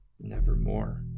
nevermore